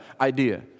idea